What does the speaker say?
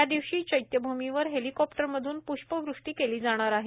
या दिवशी चैत्यभूमीवर हेलिकॉप्टरमधून पृष्पवष्टी केली जाणार आहे